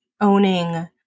owning